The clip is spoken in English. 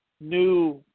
new